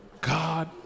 God